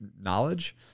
knowledge